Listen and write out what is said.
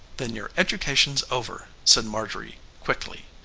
then your education's over, said marjorie quickly.